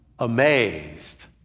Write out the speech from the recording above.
amazed